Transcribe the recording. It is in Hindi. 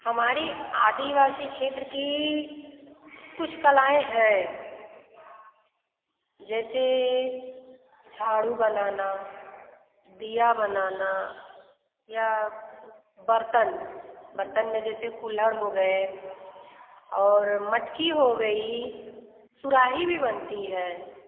हमारे आदिवासी क्षेत्र की कुछ कलाएँ हैं जैसे झाड़ू बनाना दिया बनाना या बर्तन बर्तन में जैसे कुलहड़ हो गए और मटकी हो गई सुराही भी बनती है